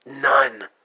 None